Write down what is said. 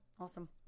Awesome